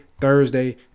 thursday